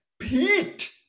Pete